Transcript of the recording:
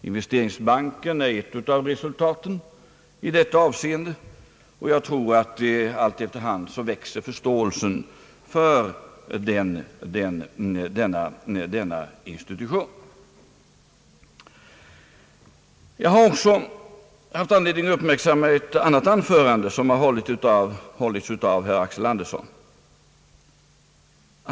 Investeringsbanken är ett av resultaten i detta avseende, och jag tror att efter hand växer förståelsen för denna institution. Jag har också haft anledning att uppmärksamma ett annat anförande, det som har hållits av herr Axel Andersson.